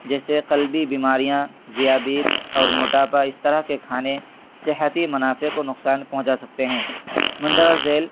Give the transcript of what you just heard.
جیسے قلبی بیماریاں ذیابیطس اور موٹاپا اس طرح کے کھانے صحتی منافع کو نقصان پہنچا سکتے ہیں مندرجہ ذیل